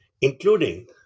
including